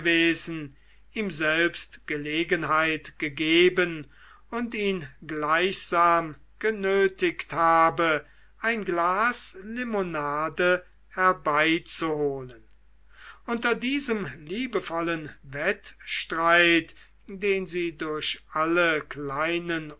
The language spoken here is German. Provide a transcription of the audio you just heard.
ihm selbst gelegenheit gegeben und ihn gleichsam genötigt habe ein glas limonade herbeizuholen unter diesem liebevollen wettstreit den sie durch alle kleinen